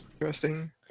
Interesting